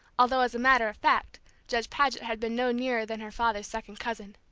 although as a matter of fact judge paget had been no nearer than her father's second cousin.